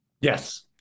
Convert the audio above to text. Yes